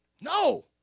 No